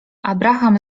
abraham